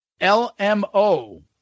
LMO